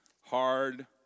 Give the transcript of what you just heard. hard